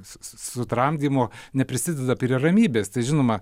sutramdymo neprisideda prie ramybės tai žinoma